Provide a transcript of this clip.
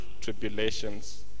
tribulations